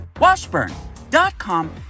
Washburn.com